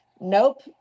Nope